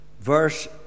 verse